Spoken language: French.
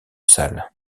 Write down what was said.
salle